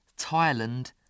Thailand